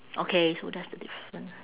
okay so that's the different